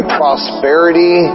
prosperity